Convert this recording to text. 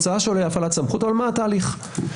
אבל מה התהליך.